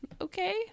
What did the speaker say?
Okay